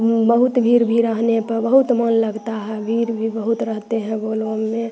बहुत भीड़ भी रहने पे बहुत मन लगता है भीड़ भी बहुत रहते हैं बोल बम में